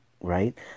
right